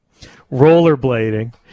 Rollerblading